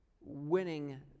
winning